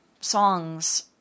songs